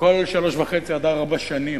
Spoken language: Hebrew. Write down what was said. כל שלוש שנים וחצי עד ארבע שנים.